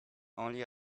only